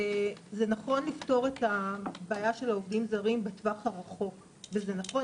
זה נכון לפתור את הבעיה של העובדים הזרים בתווך הרחוק וזה נכון